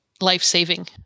life-saving